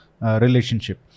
relationship